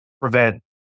prevent